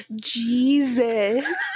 Jesus